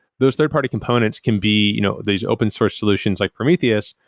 those third-party components can be you know these open source solutions like prometheus,